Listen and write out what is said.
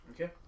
Okay